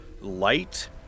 light